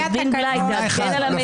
נפל.